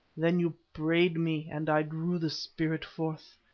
then you prayed me and i drew the spirit forth.